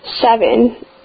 Seven